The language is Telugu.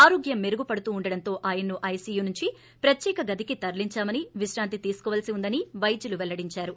ఆరోగ్యం మెరుగుపడుతుండడంతో ఆయనను ఐసియు నుంచి ప్రత్యేక గదికి తరలిందామని విశ్రాంతి తీసుకోవలసి ఉందని వైద్యులు పెల్లడిందారు